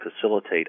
facilitate